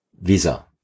visa